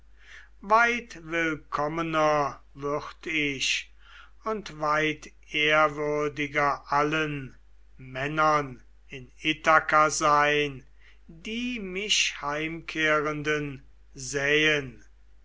weit willkommener würd ich und weit ehrwürdiger allen männern in ithaka sein die mich heimkehrenden sähen